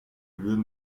würden